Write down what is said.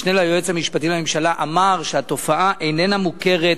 אמר שהתופעה איננה מוכרת